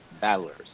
battlers